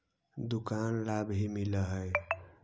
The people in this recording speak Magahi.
दुकान ला भी मिलहै?